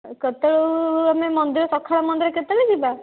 ଆଉ କେତେବେଳେ ଆମେ ମନ୍ଦିର ସକାଳେ ମନ୍ଦିର କେତେବେଳେ ଯିବା